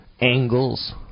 angles